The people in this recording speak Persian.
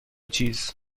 چیز